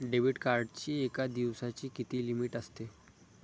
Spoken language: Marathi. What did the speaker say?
डेबिट कार्डची एका दिवसाची किती लिमिट असते?